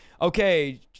Okay